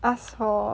ask for